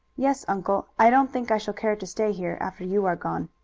yes, uncle. i don't think i shall care to stay here after you are gone.